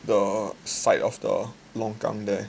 the side of the longkang there